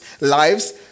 lives